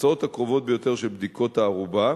התוצאות הקרובות ביותר של בדיקות הארובה